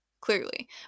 clearly